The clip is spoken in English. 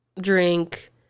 drink